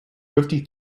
fifty